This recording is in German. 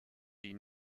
die